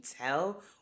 tell